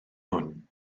hwn